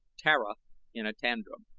tara in a tantrum